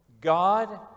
God